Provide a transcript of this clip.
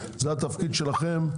זה התפקיד שלכם,